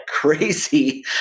crazy